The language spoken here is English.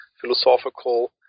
philosophical